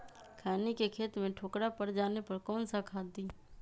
खैनी के खेत में ठोकरा पर जाने पर कौन सा खाद दी?